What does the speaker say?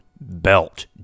belt